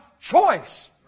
choice